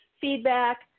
feedback